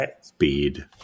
speed